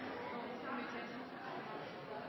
som ikkje alle